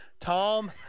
Tom